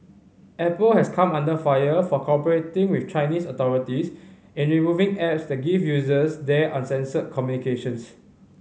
Apple has come under fire for cooperating with Chinese authorities in removing apps that give users there uncensored communications